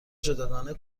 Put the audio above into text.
جداگانه